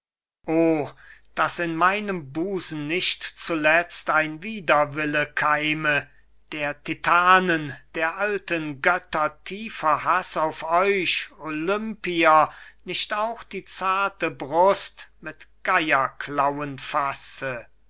o daß in meinem busen nicht zuletzt ein widerwille keime der titanen der alten götter tiefer haß auf euch olympier nicht auch die zarte brust mit geierklauen fasse